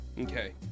Okay